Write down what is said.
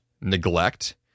neglect